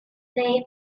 ddim